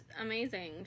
amazing